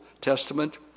Testament